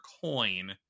coin